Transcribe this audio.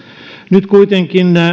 nyt kuitenkin